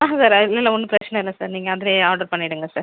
ஆஹ சார் இல்லை இல்லை ஒன்றும் பிரச்சனை இல்ல சார் நீங்கள் அதுலையே ஆடர் பண்ணிடுங்கள் சார்